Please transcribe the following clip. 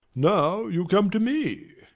now you come to me.